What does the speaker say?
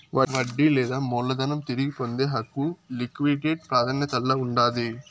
వడ్డీ లేదా మూలధనం తిరిగి పొందే హక్కు లిక్విడేట్ ప్రాదాన్యతల్ల ఉండాది